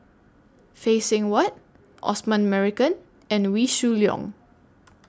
Phay Seng Whatt Osman Merican and Wee Shoo Leong